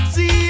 See